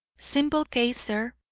simple case, sir.